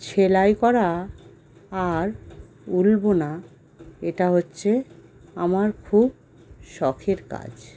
সেলাই করা আর উল বোনা এটা হচ্ছে আমার খুব শখের কাজ